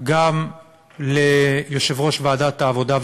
גם ליושב-ראש ועדת העבודה,